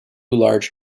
large